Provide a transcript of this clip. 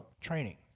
training